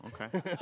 okay